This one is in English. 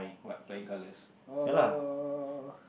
what flying colours